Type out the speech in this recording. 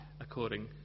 according